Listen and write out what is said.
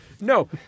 No